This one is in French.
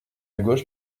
gauche